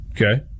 Okay